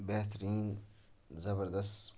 بہترین زبردست